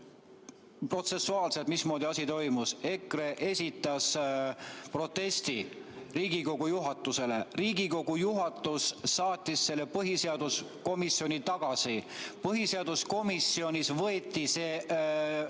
protsessuaalselt, mismoodi asi toimus. EKRE esitas protesti Riigikogu juhatusele, Riigikogu juhatus saatis selle põhiseaduskomisjoni tagasi. Põhiseaduskomisjonis võeti see